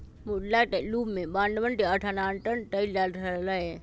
मुद्रा के रूप में बांडवन के स्थानांतरण कइल जा हलय